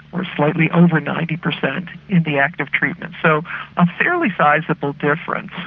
or slightly over ninety per cent in the active treatment, so a fairly sizeable difference.